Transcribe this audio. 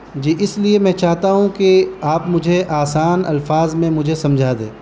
جی اس لیے میں چاہتا ہوں کہ آپ مجھے آسان الفاظ میں مجھے سمجھا دیں